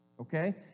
Okay